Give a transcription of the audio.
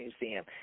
Museum